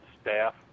staff